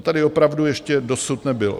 Tady opravdu ještě dosud nebylo.